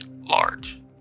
large